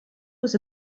was